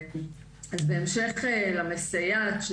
אז בהמשך למסייעת,